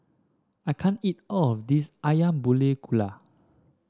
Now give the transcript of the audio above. I can't eat all of this ayam Buah Keluak